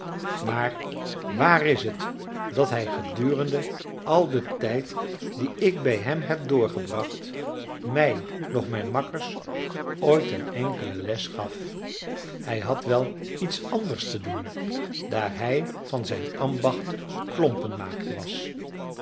maar waar is het dat hij gedurende al den tijd dien ik bij hem heb doorgebracht mij noch mijn makkers ooit een enkele les gaf hij had wel iets anders te doen daar hij van zijn ambacht klompenmaker was